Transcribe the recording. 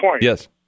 Yes